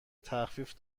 تخفیف